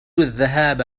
الذهاب